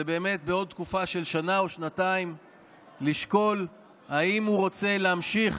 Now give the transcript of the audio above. זה באמת בעוד תקופה של שנה או שנתיים לשקול האם הוא רוצה להמשיך